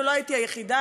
ולא הייתי היחידה,